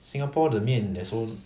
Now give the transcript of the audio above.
singapore the 面 also